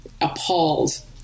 appalled